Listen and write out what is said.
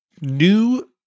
new